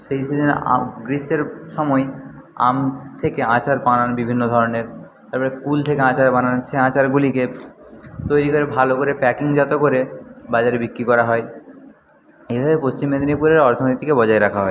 সেই সিজনে আব গ্রীষ্মের সময় আম থেকে আচার বানান বিভিন্ন ধরনের তারপরে কুল থেকে আচার বানান সেই আচারগুলিকে তৈরি করে ভালো করে প্যাকিংজাত করে বাজারে বিক্রি করা হয় এইভাবেই পশ্চিম মেদিনীপুরের অর্থনীতিকে বজায় রাখা হয়